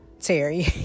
Terry